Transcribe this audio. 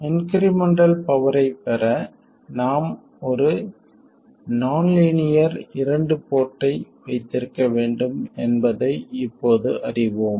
incremental power ஐப் பெற நாம் ஒரு நான் லீனியர் இரண்டு போர்ட்டை வைத்திருக்க வேண்டும் என்பதை இப்போது அறிவோம்